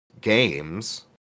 games